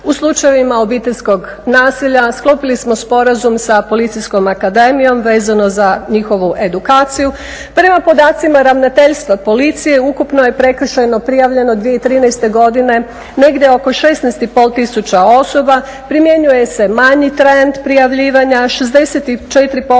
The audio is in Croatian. u slučajevima obiteljskog nasilja. Sklopili smo Sporazum sa Policijskom akademijom vezano za njihovu edukaciju. Prema podacima Ravnateljstva policije ukupno je prekršajno prijavljeno 2013. godine negdje oko 16 i pol tisuća osoba. Primjenjuje se manji trend prijavljivanja. 64%